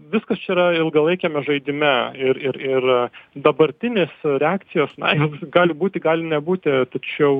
viskas čia yra ilgalaikiame žaidime ir ir ir dabartinės reakcijos na jos gali būti gali nebūti tačiau